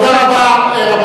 תודה רבה.